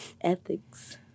Ethics